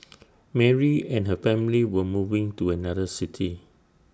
Mary and her family were moving to another city